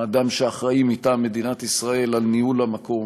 האדם שאחראי מטעם מדינת ישראל לניהול המקום,